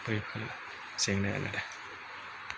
बेफोर जेंनायानो